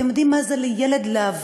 אתם יודעים מה זה לילד לעבור,